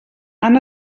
han